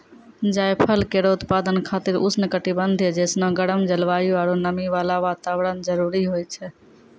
जायफल केरो उत्पादन खातिर उष्ण कटिबंधीय जैसनो गरम जलवायु आरु नमी वाला वातावरण जरूरी होय छै